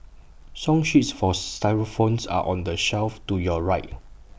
song sheets for xylophones are on the shelf to your right